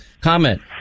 comment